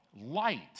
light